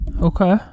Okay